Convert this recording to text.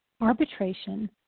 arbitration